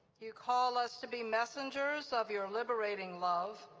you call us to be messengers of your liberating love.